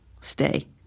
Stay